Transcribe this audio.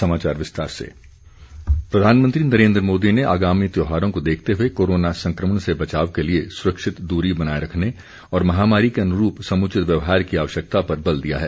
समाचार विस्तार से प्रधानमंत्री प्रधानमंत्री नरेन्द्र मोदी ने आगामी त्योहारों को देखते हुए कोरोना संक्रमण से बचाव के लिए सुरक्षित दूरी बनाए रखने और महामारी के अनुरूप समुचित व्यवहार की आवश्यकता पर बल दिया है